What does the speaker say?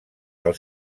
del